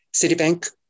Citibank